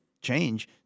change